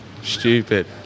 Stupid